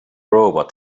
robot